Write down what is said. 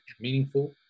meaningful